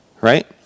Right